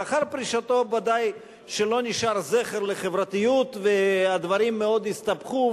לאחר פרישתו ודאי שלא נשאר זכר לחברתיות והדברים מאוד הסתבכו,